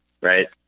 right